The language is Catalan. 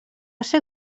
ser